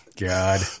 God